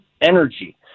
energy